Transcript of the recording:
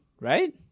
right